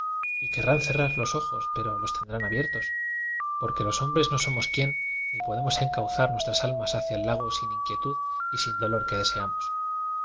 querrán cerrar los ojos pero los tendrán abiertos porque los hombres no somos quién ni podemos encauzar nuestras almas hacia el lago sin inquietud y sin dolor que deseamos